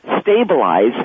stabilize